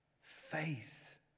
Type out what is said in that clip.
Faith